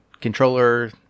controller